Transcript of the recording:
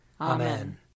Amen